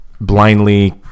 blindly